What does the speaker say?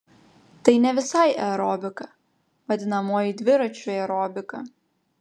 tai ne visai aerobika vadinamoji dviračių aerobika